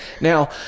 Now